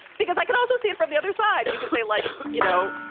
because i can also see it from the other side. you can say, like, you know,